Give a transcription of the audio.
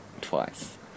twice